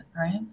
right